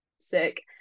Sick